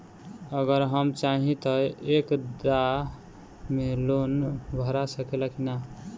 अगर हम चाहि त एक दा मे लोन भरा सकले की ना?